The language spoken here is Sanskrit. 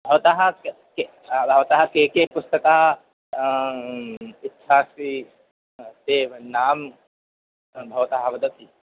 भवतः किं किं भवान् कानि कानि पुस्तकानि इच्छति अस्ति तानि एव नाानि भवान् वदतु